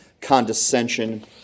Condescension